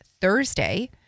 Thursday